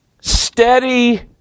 steady